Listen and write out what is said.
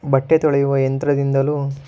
ಬಟ್ಟೆ ತೊಳೆಯುವ ಯಂತ್ರದಿಂದಲೂ